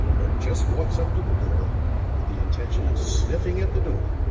but just walks up to the door with the intention of sniffing at the door,